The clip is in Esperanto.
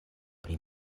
pri